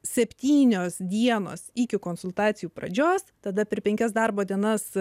septynios dienos iki konsultacijų pradžios tada per penkias darbo dienas